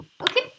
okay